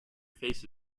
face